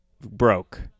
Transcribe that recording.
broke